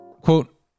Quote